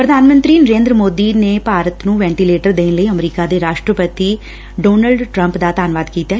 ਪ੍ਰਧਾਨ ਮੰਤਰੀ ਨਰੇਦਰ ਮੋਦੀ ਨੇ ਭਾਰਤ ਨੂੰ ਵੈਟੀਲੇਟਰ ਦੇਣ ਲਈ ਅਮਰੀਕਾ ਦੇ ਰਾਸ਼ਟਰਪਤੀ ਡੋਨਲਡ ਟਰੰਪ ਦਾ ਧੰਨਵਾਦ ਕੀਤੈ